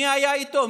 מי היה איתו?